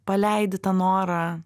paleidi tą norą